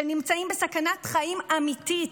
שנמצאים בסכנת חיים אמיתית,